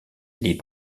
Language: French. les